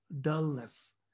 dullness